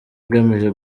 igamije